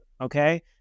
Okay